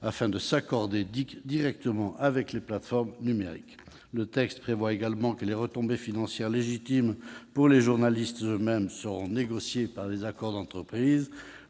afin de s'accorder directement avec les plateformes numériques. Le texte prévoit également que les retombées financières légitimes pour les journalistes eux-mêmes seront négociées par des accords d'entreprise.